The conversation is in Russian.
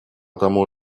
тому